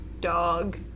dog